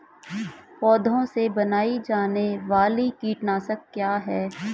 पौधों से बनाई जाने वाली कीटनाशक क्या है?